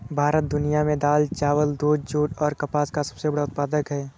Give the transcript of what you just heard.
भारत दुनिया में दाल, चावल, दूध, जूट और कपास का सबसे बड़ा उत्पादक है